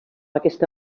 aquesta